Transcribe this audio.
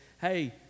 hey